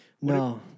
No